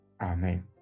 Amen